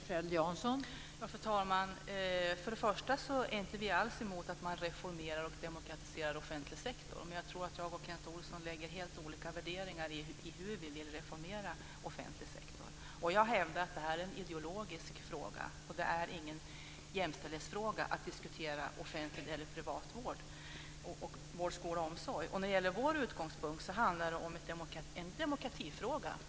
Fru talman! Först och främst är vi inte alls emot att man reformerar och demokratiserar offentlig sektor. Men jag tror att jag och Kent Olsson lägger helt olika värderingar på hur vi vill reformera offentlig sektor. Jag hävdar att detta är en ideologisk fråga och att det inte är någon jämställdhetsfråga att diskutera offentlig eller privat vård, skola och omsorg. Vår utgångspunkt handlar om en demokratifråga.